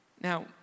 Now